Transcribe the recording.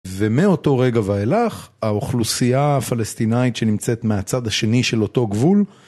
ומאותו רגע ואילך, האוכלוסייה הפלסטינאית שנמצאת מהצד השני של אותו גבול